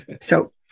So-